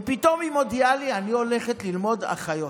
ופתאום היא מודיעה לי: אני הולכת ללמוד אחיות.